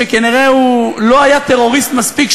שכנראה הוא לא היה טרוריסט מספיק,